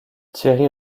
thierry